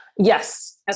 Yes